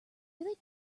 really